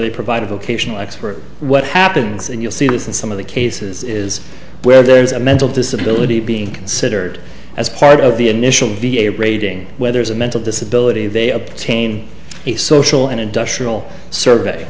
they provide a vocational expert what happens and you'll see this in some of the cases is where there is a mental disability being considered as part of the initial v a rating whether as a mental disability they obtain a social and industrial survey